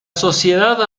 sociedad